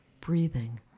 breathing